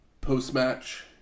Post-match